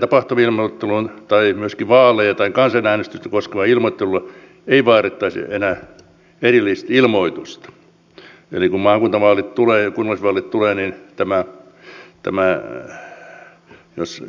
tilapäisestä tapahtumailmoittelusta tai myöskin vaaleja tai kansanäänestystä koskevasta ilmoittelusta ei vaadittaisi enää erillistä ilmoitusta eli kun maakuntavaalit ja kunnallisvaalit tulevat niin jos